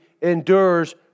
endures